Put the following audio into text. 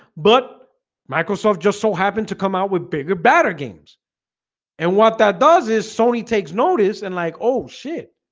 but microsoft just so happened to come out with bigger badder games and what that does is sony takes notice and like oh shit